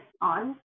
on